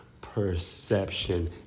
perception